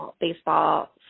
baseball